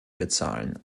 bezahlen